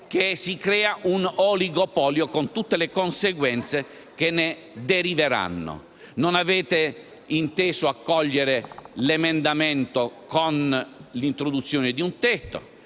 che si crea un oligopolio, con tutte le conseguenze che ne deriveranno. Non avete inteso accogliere l'emendamento per l'introduzione di un tetto.